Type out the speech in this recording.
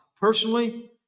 personally